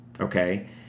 Okay